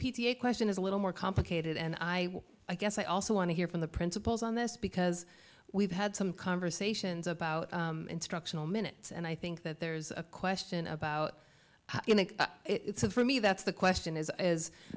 a question is a little more complicated and i guess i also want to hear from the principals on this because we've had some conversations about instructional minutes and i think that there's a question about you know it's a for me that's the question is is